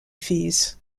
fees